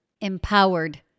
empowered